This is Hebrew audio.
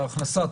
ההכנסה,